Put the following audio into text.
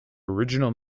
original